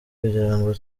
kugirango